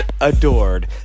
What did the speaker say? adored